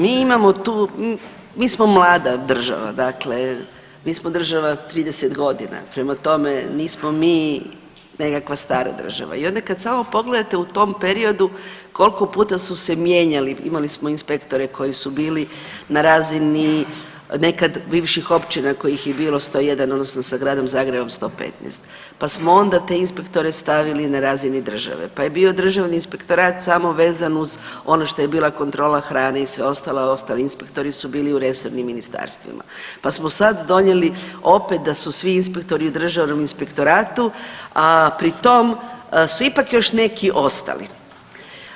Mi imamo tu, mi smo mlada država, dakle mi smo država 30 godina, prema tome, nismo mi nekakva stara država i onda kad samo pogledate u tom periodu koliko puta su se mijenjali, imali smo inspektore koji su bili na razini nekad bivših općina kojih je bilo 101 odnosno sa gradom Zagrebom 115, pa smo onda te inspektore stavili na razini države, pa je bio Državni inspektorat samo vezan uz ono što je bila kontrola hrane i sve ostali, ostali inspektori u resornim ministarstvima, pa smo sad donijeli opet da su svi Državnom inspektoratu a pritom su ipak još neki ostali.